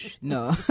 no